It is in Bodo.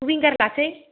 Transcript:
विंगार लानोसै